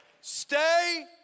Stay